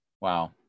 Wow